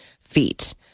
feet